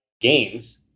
games